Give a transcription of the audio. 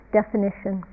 definition